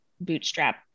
bootstrap